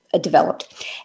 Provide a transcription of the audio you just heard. developed